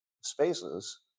spaces